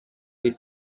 the